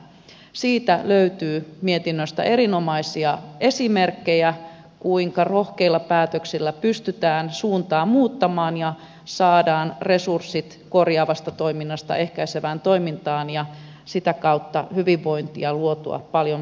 siitä löytyy mietinnöstä erinomaisia esimerkkejä kuinka rohkeilla päätöksillä pystytään suuntaa muuttamaan ja saadaan resurssit korjaavasta toiminnasta ehkäisevään toimintaan ja sitä kautta hyvinvointia luotua paljon vahvemmin